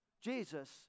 Jesus